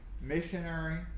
missionary